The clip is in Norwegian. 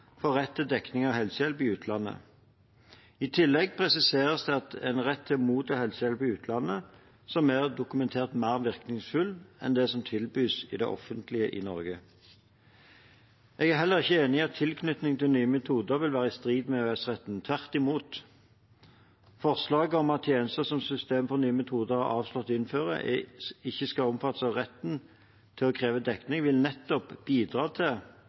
for rett til dekning av helsehjelp i utlandet. I tillegg presiseres det en rett til å motta helsehjelp i utlandet som er «dokumentert mer virkningsfull» enn den som tilbys av det offentlige i Norge. Jeg er heller ikke enig i at tilknytningen til nye metoder vil være i strid med EØS-retten. Tvert imot. Forslaget om at tjenester som systemet for nye metoder har avslått å innføre, ikke skal omfattes av retten til å kreve dekning, vil nettopp bidra til